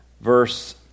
verse